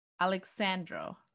Alexandro